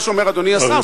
מה שאומר אדוני השר,